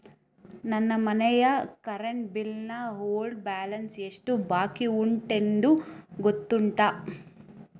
ನನ್ನ ಮನೆಯ current bill ನ ಓಲ್ಡ್ ಬ್ಯಾಲೆನ್ಸ್ ಎಷ್ಟು ಬಾಕಿಯುಂಟೆಂದು ಗೊತ್ತುಂಟ?